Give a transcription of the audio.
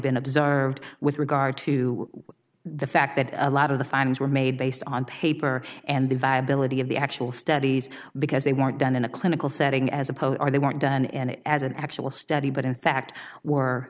been observed with regard to the fact that a lot of the findings were made based on paper and the viability of the actual studies because they weren't done in a clinical setting as opposed they want to and it as an actual study but in fact were